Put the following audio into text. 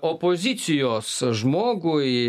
opozicijos žmogui